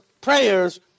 prayers